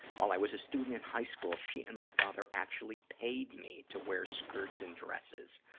while i was a student at high school, she and my father actually paid me to wear skirts and dresses,